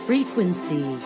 Frequency